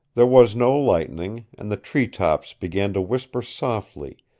there was no lightning, and the tree-tops began to whisper softly,